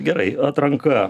gerai atranka